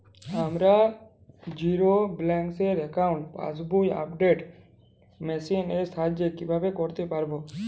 আমার zero balance অ্যাকাউন্টে passbook update machine এর সাহায্যে কীভাবে করতে পারব?